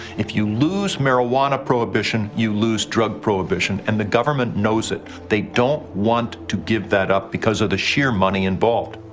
if you lose marijuana prohibition, you lose drug prohibition and the government knows it they don't want to give that up because of the sheer money involved,